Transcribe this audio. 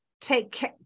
take